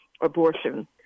abortion